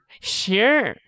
Sure